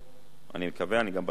אני מקווה, אני גם בטוח שהיא תסייע.